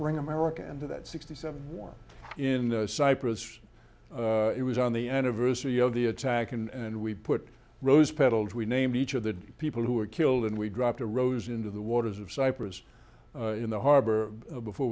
bring america into that sixty seven war in cyprus it was on the anniversary of the attack and we put rose petals we name each of the people who were killed and we dropped a rose into the waters of cyprus in the harbor before